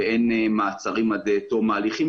והן מעצרים עד תום ההליכים,